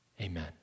Amen